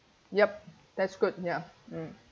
yup that's good ya mm